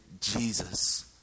Jesus